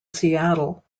seattle